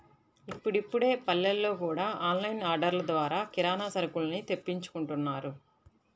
ఇప్పుడిప్పుడే పల్లెల్లో గూడా ఆన్ లైన్ ఆర్డర్లు ద్వారా కిరానా సరుకుల్ని తెప్పించుకుంటున్నారు